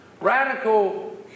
Radical